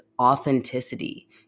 authenticity